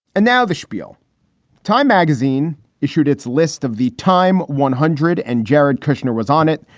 and now the spiel time magazine issued its list of the time. one hundred and jared kushner was on it.